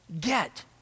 get